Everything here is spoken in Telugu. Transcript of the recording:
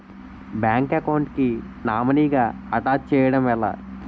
బ్యాంక్ అకౌంట్ కి నామినీ గా అటాచ్ చేయడం ఎలా?